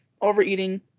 overeating